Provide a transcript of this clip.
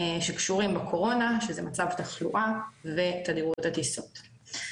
שקשורים בקורונה, שזה מצב תחלואה ותדירות הטיסות.